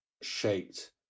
shaped